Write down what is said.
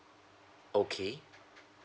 okay